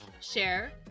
share